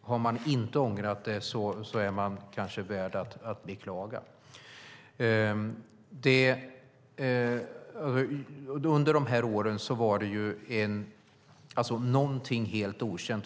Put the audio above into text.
Har man inte ångrat dem är man kanske värd att beklaga. Under de här åren var detta någonting helt okänt.